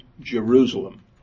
Jerusalem